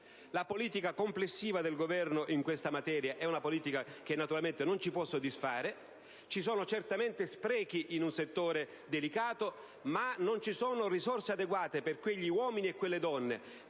La politica complessiva del Governo in questa materia naturalmente non ci può soddisfare. Ci sono certamente sprechi in un settore delicato, ma non ci sono risorse adeguate per quegli uomini e donne